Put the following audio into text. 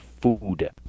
food